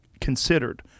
considered